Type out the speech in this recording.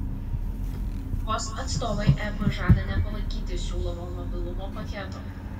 lietuvos atstovai ep žada nepalaikyti siūlomo mobilumo paketo